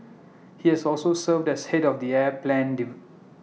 he has also served as Head of the air plan de